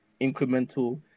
incremental